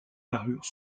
parures